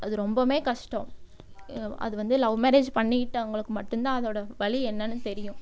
அது ரொம்பவுமே கஷ்டம் ய அது வந்து லவ் மேரேஜ் பண்ணிகிட்டவங்களுக்கு மட்டும் தான் அதோடய வலி என்னன்னு தெரியும்